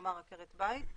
כלומר עקרת בית.